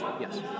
yes